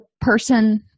person